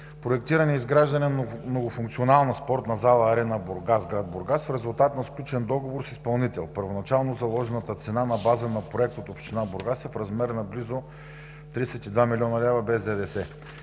„Проектиране и изграждане на многофункционална спортна зала „Арена Бургас“ – гр. Бургас, в резултат на сключен договор с изпълнител. Първоначално заложената цена на база на проекта от община Бургас е в размер на близо 32 млн. лв. без ДДС.